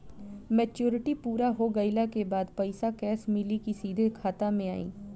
Maturity पूरा हो गइला के बाद पईसा कैश मिली की सीधे खाता में आई?